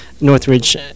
Northridge